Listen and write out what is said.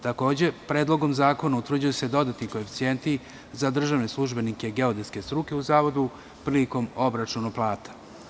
Takođe, Predlogom zakona utvrđuju se dodatni koeficijenti za državne službenike geodetske struke u Zavodu prilikom obračuna plata.